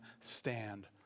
stand